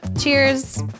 Cheers